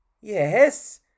yes